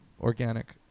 Organic